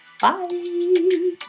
Bye